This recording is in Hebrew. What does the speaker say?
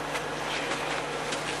יש לך עשר דקות.